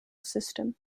system